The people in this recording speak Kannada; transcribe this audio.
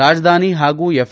ರಾಜಧಾನಿ ಹಾಗೂ ಎಫ್